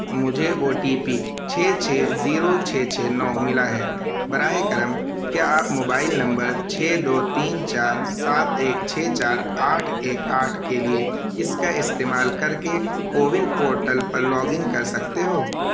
مجھے O T P چھ چھ زیرو چھ چھ نو ملا ہے براہ کرم کیا آپ موبائل نمبر چھ دو تین چار سات ایک چھ چار آٹھ ایک آٹھ کے لیے اس کا استعمال کر کے کوون پورٹل پر لاگ ان کر سکتے ہو